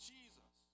Jesus